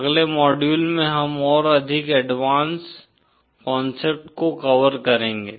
अगले मॉड्यूल में हम और अधिक एडवांस्ड कॉन्सेप्ट्स को कवर करेंगे